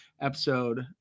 episode